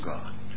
God